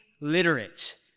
literate